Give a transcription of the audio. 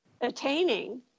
attaining